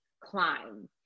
climb